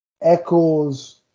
echoes